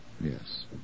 Yes